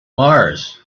mars